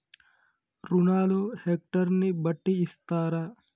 రుణాలు హెక్టర్ ని బట్టి ఇస్తారా?